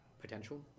potential